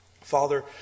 Father